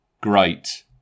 great